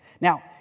Now